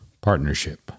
partnership